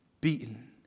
beaten